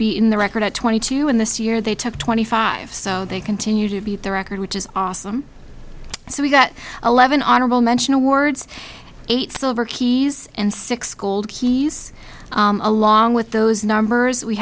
in the record at twenty two in this year they took twenty five so they continue to beat the record which is awesome so we got eleven honorable mention awards eight silver keys and six gold keys along with those numbers we